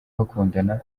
bakundana